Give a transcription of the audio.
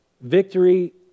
victory